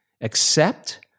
accept